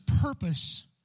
purpose